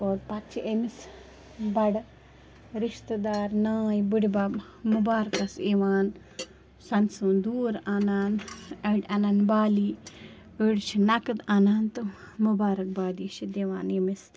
اور پَتہٕ چھِ أمِس بَڑٕ رِشتہٕ دار نانۍ بُڈِبب مُبارکَس یِوان سۄنہٕ سُنٛد دوٗر اَنان أڑۍ اَنان بالی أڑۍ چھِ نَقٕد اَنان تہٕ مُبارَک بادی چھِ دِوان ییٚمِس